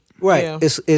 Right